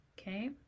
Okay